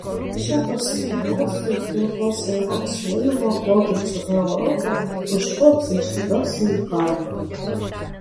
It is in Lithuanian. aš ja pasinaudosiu ir kol sulauksiu laivo plaukiančio į europą užkopsiu į šį garsųjį kalną